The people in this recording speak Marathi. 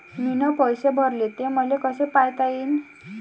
मीन पैसे भरले, ते मले कसे पायता येईन?